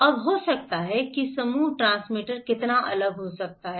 अब हो सकता है कि समूह ट्रांसमीटर कितना अलग हो सकता है